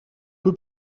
peu